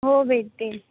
हो भेटतील